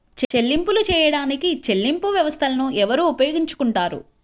చెల్లింపులు చేయడానికి చెల్లింపు వ్యవస్థలను ఎవరు ఉపయోగించుకొంటారు?